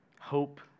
hope